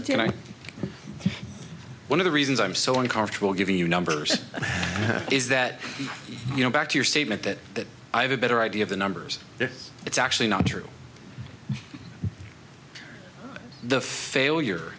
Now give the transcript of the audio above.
do you know one of the reasons i'm so uncomfortable giving you numbers is that you know back to your statement that that i have a better idea of the numbers it's actually not true the failure